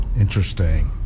interesting